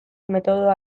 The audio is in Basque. metodoa